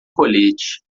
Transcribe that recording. colete